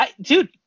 Dude